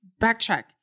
backtrack